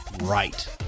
right